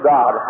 God